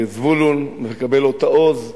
זבולון, מקבל אות העוז,